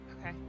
Okay